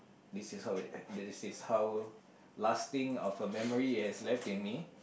this is how it end this is how lasting of a memory it has left in me